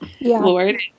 Lord